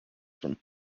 from